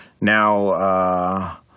Now